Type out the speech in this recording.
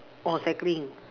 or cycling